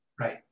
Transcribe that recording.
Right